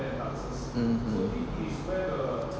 mm mm